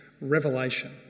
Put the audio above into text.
revelation